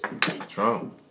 Trump